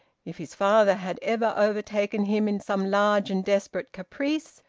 if his father had ever overtaken him in some large and desperate caprice,